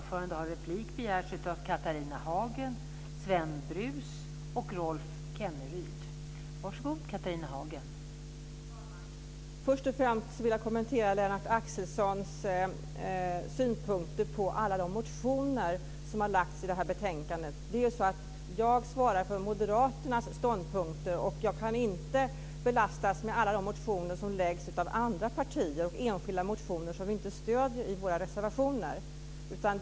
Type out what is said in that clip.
Fru talman! Först och främst vill jag kommentera Lennart Axelssons synpunkter på alla de motioner som lagts i det här betänkandet. Jag svarar för moderaternas ståndpunkter. Jag kan inte belastas med alla de motioner som lagts av andra partier och enskilda motioner som vi inte stöder i våra reservationer.